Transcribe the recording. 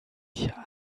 hier